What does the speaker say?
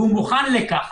והוא מוכן לכך.